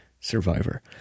survivor